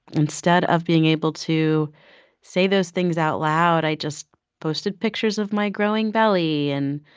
instead of being able to say those things out loud, i just posted pictures of my growing belly and,